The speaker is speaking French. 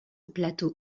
plateau